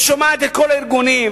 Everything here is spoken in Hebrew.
שומעת את כל הארגונים,